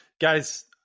guys